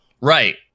Right